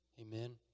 Amen